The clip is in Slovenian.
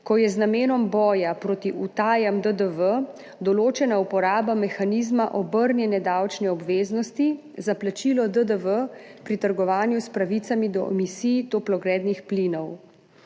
ko je z namenom boja proti utajam DDV določena uporaba mehanizma obrnjene davčne obveznosti za plačilo DDV pri trgovanju s pravicami do emisij toplogrednih plinov.